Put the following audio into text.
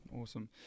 Awesome